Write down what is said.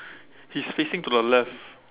he's facing to the left